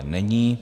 Není.